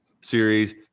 series